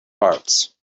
parts